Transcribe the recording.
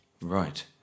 Right